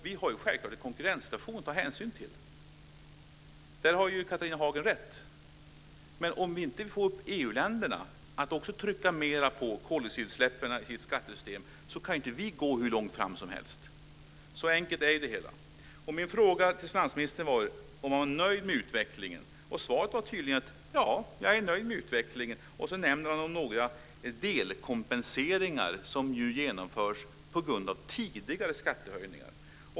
Vi har ju självfallet en konkurrenssituation att ta hänsyn till - där har Catharina Hagen rätt. Men om vi inte får också EU-länderna att trycka mer på koldioxidutsläppen i ett skattesystem så kan inte Sverige gå hur långt fram som helst. Så enkelt är det hela. Min fråga till finansministern var om han är nöjd med utvecklingen. Svaret var tydligen: Ja, jag är nöjd med utvecklingen. Sedan nämner han några delkompenseringar, som ju genomförs på grund av tidigare skattehöjningar.